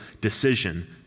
decision